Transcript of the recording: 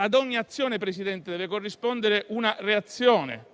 Ad ogni azione, Presidente, deve corrispondere una reazione,